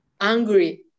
angry